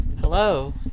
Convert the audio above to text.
Hello